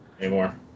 anymore